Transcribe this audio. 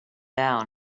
down